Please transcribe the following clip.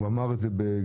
והוא אמר את זה בגילוי-לב,